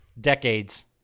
decades